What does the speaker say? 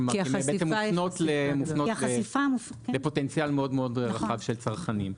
כלומר שהן מופנות לפוטנציאל מאוד מאוד רחב של צרכנים.